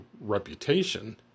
reputation